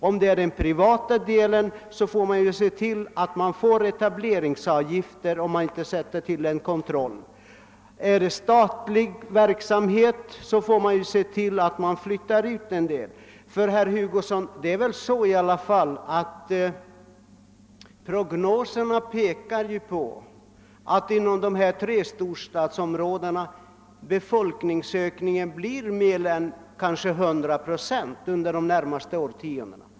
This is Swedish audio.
Gäller det privat verksamhet måste man se till att man får etableringsavgifter, om man inte inför en kontroll. Är det fråga om statlig verksamhet får man se till att man flyttar ut en del. Ty det är väl i alla fall så, herr Hugosson, att prognoserna pekar på att befolkningsökningen inom dessa tre storstadsområden kan bli mer än 100 procent under de närmaste årtiondena.